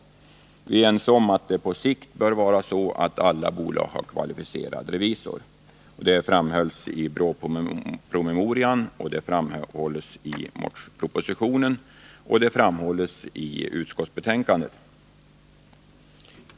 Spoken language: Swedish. Vi är ense om att det på sikt bör vara så att alla bolag har kvalificerade revisorer. Det framhölls i BRÅ-promemorian, det framhölls i propositionen och det framhålls även i utskottsbetänkandet.